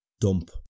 Dump